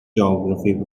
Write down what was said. geography